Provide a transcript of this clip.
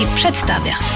przedstawia